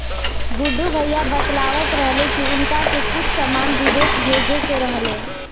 गुड्डू भैया बतलावत रहले की उनका के कुछ सामान बिदेश भेजे के रहे